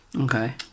Okay